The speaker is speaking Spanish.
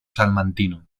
salmantino